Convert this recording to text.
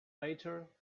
later